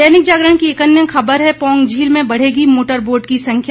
दैनिक जागरण की एक अन्य ख़बर है पौंग झील में बढ़ेगी मोटर बोट की संख्या